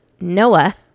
Noah